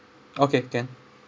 okay can